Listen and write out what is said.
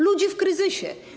Ludzi w kryzysie.